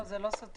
לא, זה לא סותר.